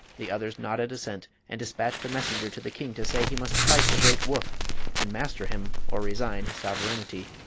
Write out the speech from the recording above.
the others nodded assent, and dispatched a messenger to the king to say he must fight the great woof and master him or resign his sovereignty.